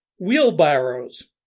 Wheelbarrows